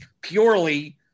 purely